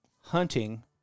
hunting